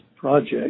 project